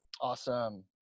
Awesome